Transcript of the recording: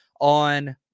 on